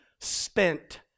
spent